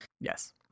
Yes